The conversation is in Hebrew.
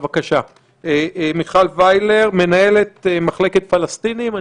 בבקשה, מיכל וילר, מנהלת מחלקת פלסטינים.